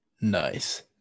Nice